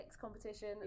competition